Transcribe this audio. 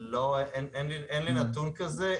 לא, אין לי נתון כזה.